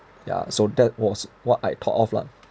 yeah so that was what I thought of lah